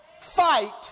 fight